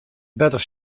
better